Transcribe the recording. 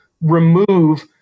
remove